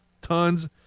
Tons